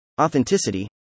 authenticity